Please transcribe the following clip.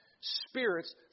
spirits